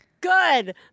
good